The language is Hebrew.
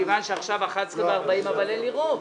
מכיוון שעכשיו 11:40 אבל אין לי רוב.